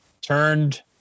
turned